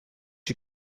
you